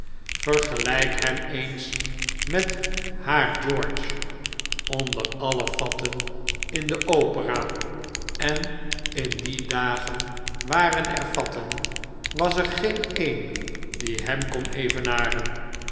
vergelijk hem eens met haar george onder alle fatten in de opera en in die dagen waren er fatten was er geen een die hem kon evenaren